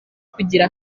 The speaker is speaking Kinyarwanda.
kugira